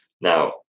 Now